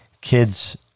kids